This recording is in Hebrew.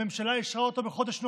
הממשלה אישרה אותו בחודש נובמבר,